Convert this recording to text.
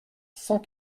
cent